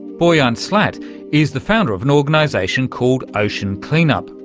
boyan slat is the founder of an organisation called ocean clean-up,